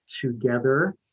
together